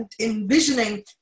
envisioning